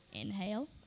inhale